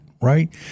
Right